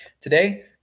today